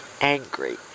angry